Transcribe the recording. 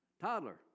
Toddler